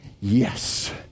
yes